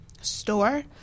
Store